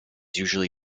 usually